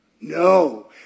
No